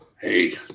hey